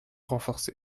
renforcés